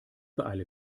beeile